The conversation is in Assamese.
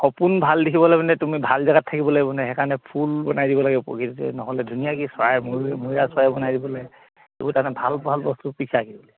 সপোন ভাল দেখিবলৈ মানে তুমি ভাল জেগাত থাকিব লাগিব নহয় সেইকাৰণে ফুল বনাই দিব লাগে প্ৰকৃতি নহ'লে ধুনীয়াকৈ চৰাই মৈ মৌৰা চৰাই বনাই দিব লাগ এইবোৰ তাৰমানে ভাল ভাল বস্তু পিছাৰ আঁকিব